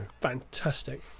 fantastic